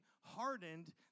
hardened